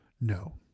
No